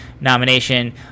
nomination